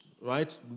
right